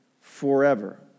forever